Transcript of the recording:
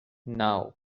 naŭ